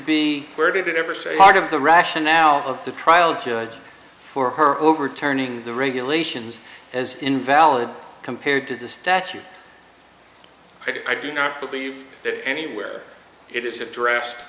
be where did it ever say part of the rationale of the trial judge for her overturning the regulations as invalid compared to the statute i do not believe that anywhere it is a draft